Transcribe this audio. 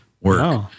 work